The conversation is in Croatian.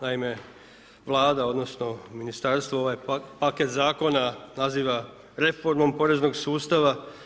Naime, Vlada odnosno Ministarstvo ovaj paket zakona naziva reformom poreznog sustava.